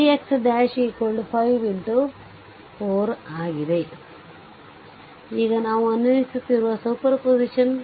7 ರಲ್ಲಿ ತೋರಿಸಿರುವಂತೆ ix ' 5x4 ಈಗ ನಾವು ಅನ್ವಯಿಸುತ್ತಿರುವ ಸೂಪರ್ಪೋಸಿಷನ್